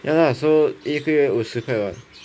ya lah so 一个月五十块 [what]